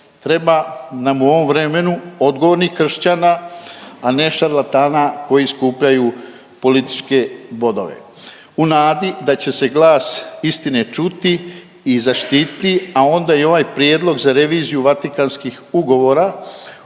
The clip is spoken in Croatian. Treba nam u ovom vremenu odgovornih kršćana, a ne šarlatana koji skupljaju političke bodove. U nadi da će se glas istine čuti i zaštiti, a onda i ovaj prijedlog za reviziju Vatikanskih ugovora